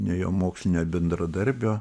ne jo mokslinio bendradarbio